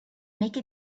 make